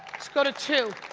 let's go to two.